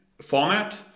format